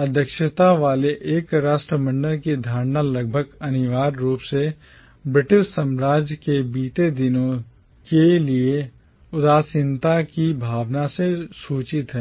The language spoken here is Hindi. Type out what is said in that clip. अध्यक्षता वाले एक राष्ट्रमंडल की धारणा लगभग अनिवार्य रूप से British ब्रिटिश साम्राज्य के बीते दिनों के लिए उदासीनता की भावना से सूचित है